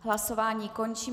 Hlasování končím.